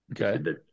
Okay